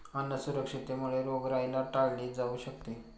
अन्न सुरक्षेमुळे रोगराई टाळली जाऊ शकते